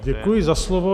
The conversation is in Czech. Děkuji za slovo.